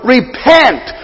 Repent